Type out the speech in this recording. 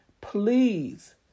Please